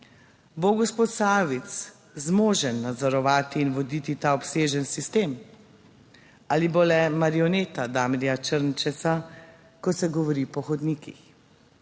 Bo gospod Sajovic zmožen nadzorovati in voditi ta obsežen sistem? Ali bo le marioneta Damirja Črnčca, ko se govori po hodnikih?